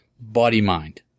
body-mind